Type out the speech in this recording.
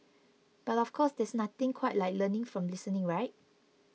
but of course there's nothing quite like learning from listening right